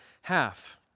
half